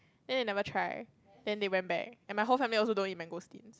then they never try then they went back and my whole family also don't eat mangosteens